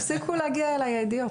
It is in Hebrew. הפסיקו להגיע אלי הידיעות,